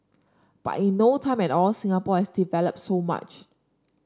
but in no time at all Singapore has developed so much